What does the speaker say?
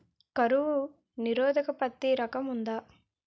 కరువు నిరోధక పత్తి రకం ఉందా?